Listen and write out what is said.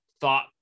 thought